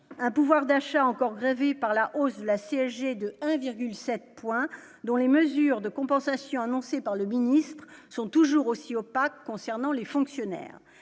un pouvoir d'achat encore rêver par la hausse de la CSG de 1,7 points dont les mesures de compensation annoncées par le ministre sont toujours aussi opaque concernant les fonctionnaires,